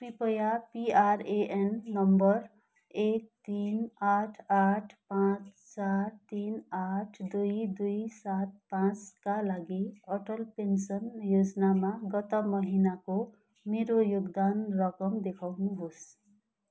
कृपया PRAN number एक तिन आठ आठ पाँच चार तिन आठ दुई दुई सात पाँच का लागि अटल पेन्सन योजनामा गत महिनाको मेरो योगदान रकम देखाउनुहोस्